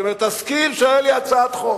והוא אומר: תזכיר שהיתה לי הצעת חוק.